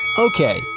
Okay